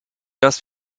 dass